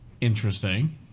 Interesting